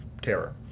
terror